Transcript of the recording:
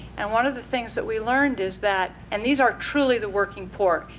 and one of the things that we learned is that and these are truly the working poor.